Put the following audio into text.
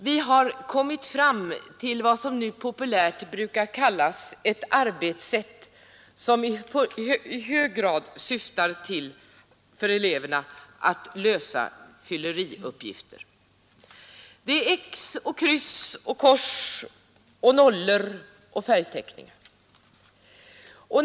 Vi har kommit fram till vad som nu populärt brukar kallas ett arbetssätt som i hög grad syftar till att eleverna skall lösa ”fylleriuppgifter” — det är x eller kryss eller kors och nollor och färgteckningar.